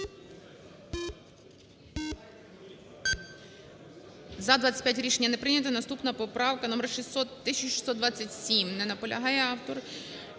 За-25 Рішення не прийняте. Наступна поправка номер 1627. Не наполягає автор.